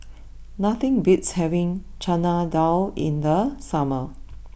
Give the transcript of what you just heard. nothing beats having Chana Dal in the summer